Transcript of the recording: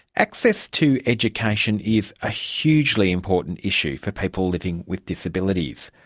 access to education is a hugely important issue for people living with disabilities.